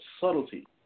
subtlety